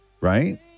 right